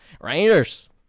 Rangers